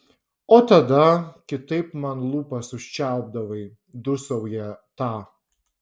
o tada kitaip man lūpas užčiaupdavai dūsauja ta